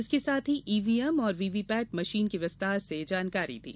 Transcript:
इसके साथ ही ईवीएम और व्ही व्ही पैट मशीन की विस्तार से जानकारी दी